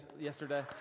yesterday